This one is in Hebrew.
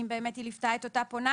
אם באמת היא ליוותה את אותה פונה.